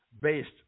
based